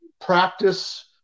practice